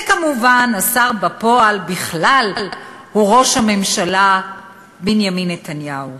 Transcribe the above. וכמובן השר בפועל הוא בכלל ראש הממשלה בנימין נתניהו,